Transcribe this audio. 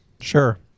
Sure